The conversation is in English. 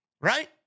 Right